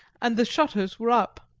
and the shutters were up.